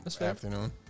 afternoon